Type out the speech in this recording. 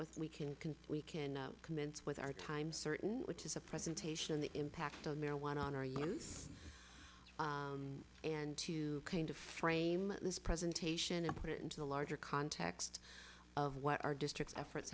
with we can can we can commence with our time certain which is a presentation of the impact of marijuana on our use and to kind of frame this presentation and put it into the larger context of what our district's efforts